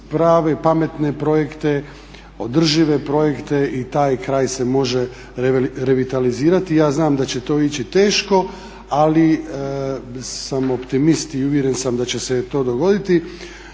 prave, pametne projekte, održive projekte i taj kraj se može revitalizirati. Ja znam da će to ići teško, ali sam optimist i uvjeren sam da će se to dogoditi.